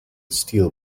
steele